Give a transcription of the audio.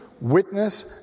witness